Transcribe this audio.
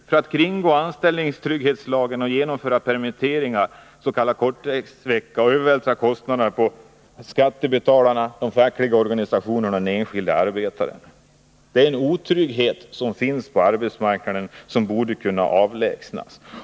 Man vill kringgå anställningstrygghetslagen och genomföra permitteringar, införa s.k. korttidsvecka och övervältra kostnaderna på skattebetalarna, de fackliga organisationerna och den enskilde arbetaren. Det är en otrygghet på arbetsmarknaden som borde kunna avlägsnas.